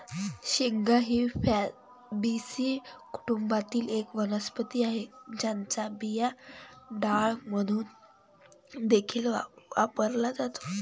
शेंगा ही फॅबीसी कुटुंबातील एक वनस्पती आहे, ज्याचा बिया डाळ म्हणून देखील वापरला जातो